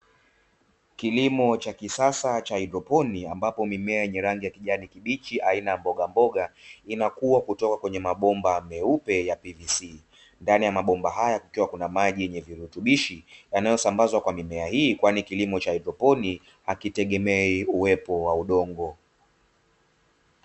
Kulimo cha kisasa cha haidroponi ambapo mimea yenye rangi ya kijani kibichi aina ya mbogamboga, inakuwa kutoka kwenye mabomba meupe ya PVC. Ndani ya mabomba haya kukiwa kuna maji yenye virutubishi yanasambazwa kwa mimea hii kwai kilimo cha haidroponi hakitegemei uwepo wa udongo.